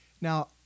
Now